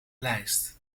lijst